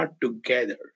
together